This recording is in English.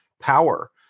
power